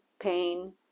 pain